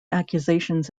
accusations